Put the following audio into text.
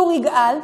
צור יגאל,